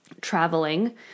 traveling